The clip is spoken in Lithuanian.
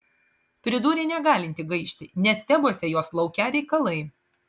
pridūrė negalinti gaišti nes tebuose jos laukią reikalai